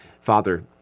Father